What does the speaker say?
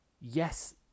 yes